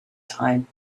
time